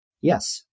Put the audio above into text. yes